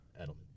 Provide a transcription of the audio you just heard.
Edelman